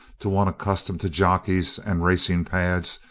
to one accustomed to jockeys and racing-pads,